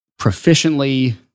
proficiently